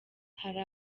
hari